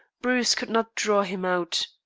bruce could not draw him out.